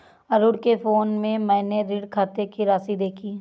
अरुण के फोन में मैने ऋण खाते की राशि देखी